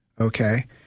Okay